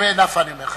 סליחה.